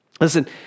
Listen